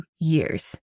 years